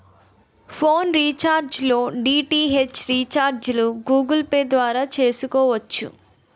phone recharge లో DTH రీఛార్జిలు Google Pay ద్వారా చేసుకోవచ్చు